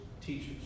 teachers